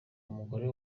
umugore